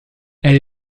elle